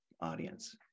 audience